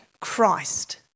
Christ